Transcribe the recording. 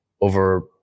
over